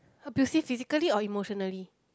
abusive physically or emotionally